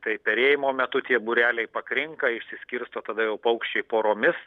tai perėjimo metu tie būreliai pakrinka išsiskirsto tada jau paukščiai poromis